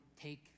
take